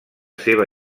seva